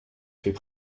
faits